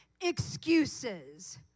excuses